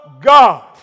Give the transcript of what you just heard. God